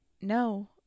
no